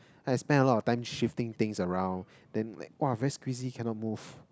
I spent a lot of time shifting things around then like [wah] very squeezy cannot move